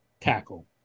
tackle